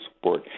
support